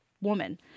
woman